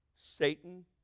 Satan